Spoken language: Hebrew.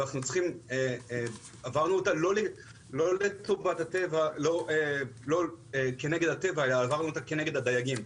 לא לטובת הטבע אלא כנגד הדייגים.